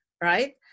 right